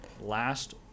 last